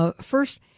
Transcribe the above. First